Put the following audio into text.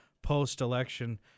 post-election